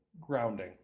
grounding